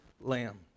lamb